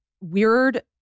weird